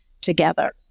together